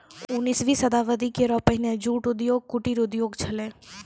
उन्नीसवीं शताब्दी केरो पहिने जूट उद्योग कुटीर उद्योग छेलय